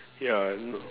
ya